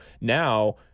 now